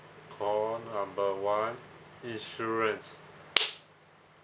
call number one insurance